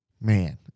Man